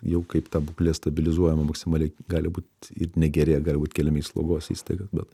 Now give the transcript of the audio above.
jau kaip ta būklė stabilizuojama maksimaliai gali būt ir negerėja gali būti keliami slaugos įstaigą bet